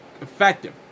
effective